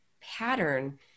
pattern